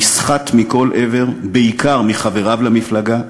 נסחט מכל עבר, בעיקר מחבריו למפלגה,